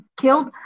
killed